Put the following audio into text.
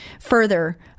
further